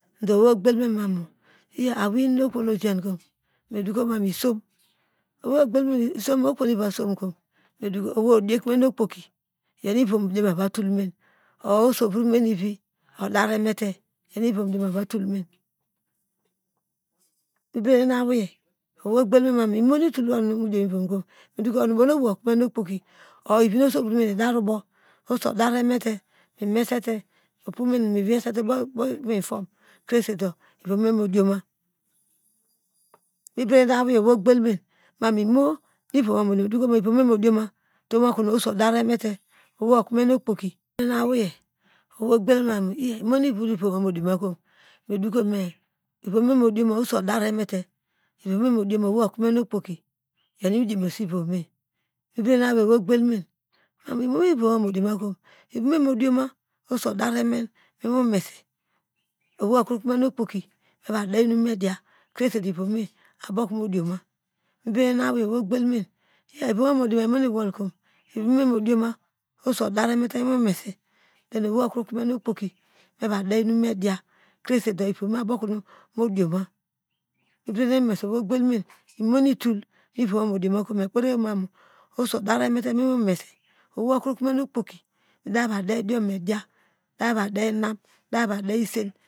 Do owei ogbalmenu inum iya owei inina okovonu ojankom medokomamu isom do owei ogbel okovono via som kom me dokom owei odioko me nokpoki iyo nuivor or oso vor menu ivi odaremete iyo nu ivom dioma ova tul men me bede nen aweiyi owei ogbel me mamo imo nu me meno mediom ivom kon onabow nu owei ikome okpoki or iyi no oso vrome idar obow oso daremet opument ivom me modioma mebedenate ameiyi owei ogbelmen inunu iviom wo midioma otom okono oso odavement owei okomen okpoki owei ogbol memamo imonitol no ivomme modioma kom medokomamu ivomediom oso daremete ivomme modioma owei ogbel me imono ivome modiomi oso odaren muwei omese owei okrokome okpoki meva demom meduna krese do ivom abo komo dioma mebede ne no awei owei ogbel men ye ivowo modioma imoni wol ko ivome modioma oso odeire mete movom omese do owei okokomen okpoki numeva dein mediya mediya mebedenama ko mei kperi oweiyo mamu oso oderemate mo ewei mese owei okro kome okpoki medava deidiom mediya medava de inam imdeva dey esen.